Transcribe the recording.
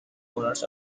owners